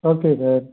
okay sir